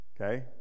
okay